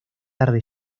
tarde